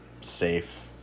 safe